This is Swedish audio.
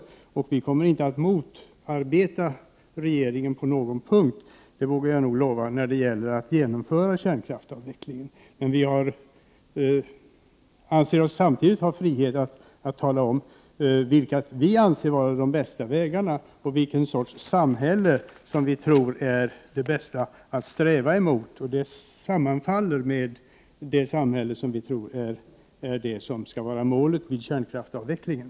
Inte heller kommer vi att motarbeta regeringen på någon punkt när det gäller att genomföra kärnkraftsavvecklingen, det vågar jag lova. Men vi anser oss samtidigt ha frihet att tala om vilka vägar vi anser vara de bästa, vilken sorts samhälle vi tror är det bästa att sträva mot. Detta sammanfaller med det samhäle vi anser vara målet vid kärnkraftsavvecklingen.